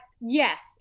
yes